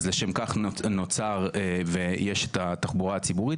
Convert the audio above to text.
אז לשם כך נוצר ויש את התחבורה הציבורית